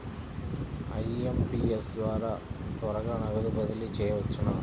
IMPS ద్వారా త్వరగా నగదు బదిలీ చేయవచ్చునా?